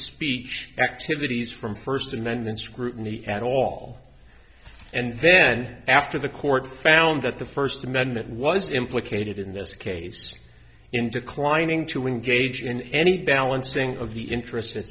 speech activities from first amendment scrutiny at all and then after the court found that the first amendment was implicated in this case in declining to engage in any balancing of the interest